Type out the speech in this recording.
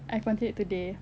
I continued today